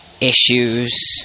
issues